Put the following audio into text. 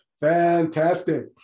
Fantastic